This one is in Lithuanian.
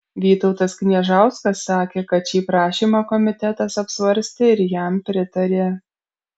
vytautas kniežauskas sakė kad šį prašymą komitetas apsvarstė ir jam pritarė